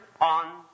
on